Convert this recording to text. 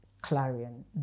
Clarion